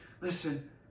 listen